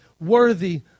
worthy